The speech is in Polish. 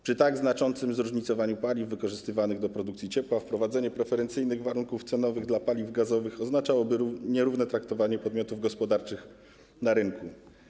Przy tak znaczącym zróżnicowaniu paliw wykorzystywanych do produkcji ciepła wprowadzenie preferencyjnych warunków cenowych dla paliw gazowych oznaczałoby nierówne traktowanie podmiotów gospodarczych na rynku.